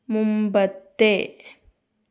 മുമ്പത്തെ